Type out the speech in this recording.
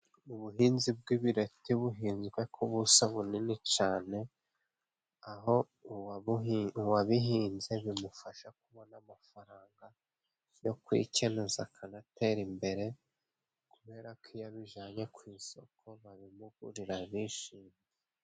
Ubuhinzi bw'ibireti buhinzwe ku buso bunini cane, aho uwabihinze bimufasha kubona amafaranga yo kwikenuza, akanatera imbere. Kubera ko iyo abijyanye ku isoko babimugurira bishimye.